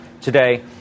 today